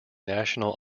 national